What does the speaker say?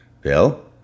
Bill